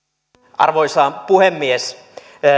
arvoisa puhemies